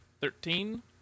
Thirteen